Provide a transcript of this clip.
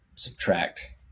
subtract